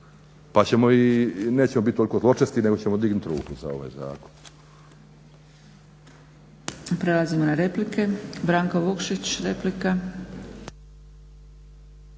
Bože, pa nećemo biti toliko zločesti nego ćemo dignuti ruku za ovaj zakon.